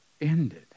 ended